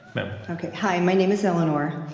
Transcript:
ma'am. okay. hi. my name is eleanor.